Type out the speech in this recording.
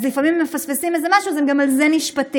אז לפעמים אם הם מפספסים איזה משהו וגם על זה הם נשפטים.